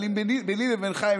אבל ביני לבינך,